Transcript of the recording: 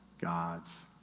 God's